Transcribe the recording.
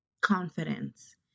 Confidence